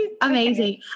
Amazing